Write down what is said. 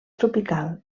tropical